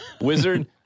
wizard